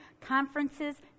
conferences